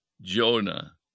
Jonah